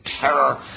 terror